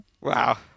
Wow